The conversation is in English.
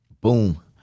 Boom